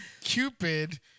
Cupid